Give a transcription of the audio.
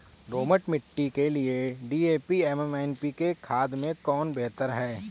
दोमट मिट्टी के लिए डी.ए.पी एवं एन.पी.के खाद में कौन बेहतर है?